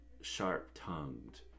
sharp-tongued